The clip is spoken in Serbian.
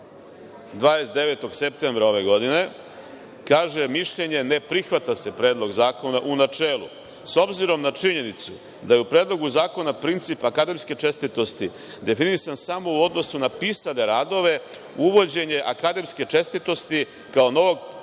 29. septembra ove godine kaže – mišljenje, ne prihvata se Predlog zakona u načelu, s obzirom na činjenicu da je u Predlogu zakona principa akademske čestitosti definisan samo u odnosu na pisane radove, uvođenje akademske čestitosti kao novog principa